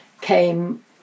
came